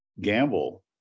gamble